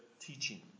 teaching